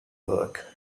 work